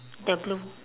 the blue